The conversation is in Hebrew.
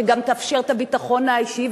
שגם תאפשר את הביטחון האישי,